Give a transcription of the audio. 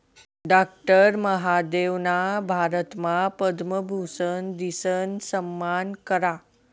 doctor महादेवना भारतमा पद्मभूषन दिसन सम्मान करा